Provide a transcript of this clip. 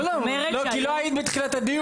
זאת אומרת -- לא לא כי לא היית בתחילת הדיון,